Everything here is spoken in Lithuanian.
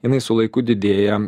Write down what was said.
jinai su laiku didėja